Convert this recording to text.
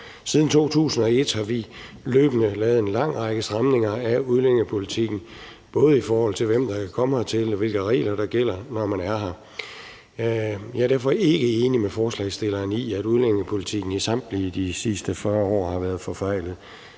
Siden 2001 har vi løbende lavet en lang række stramninger af udlændingepolitikken, både i forhold til hvem der kan komme hertil, og hvilke regler der gælder, når man er her. Jeg er derfor ikke enig med forslagsstillerne i, at udlændingepolitikken i samtlige af de sidste 40 år har været forfejlet,